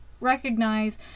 recognize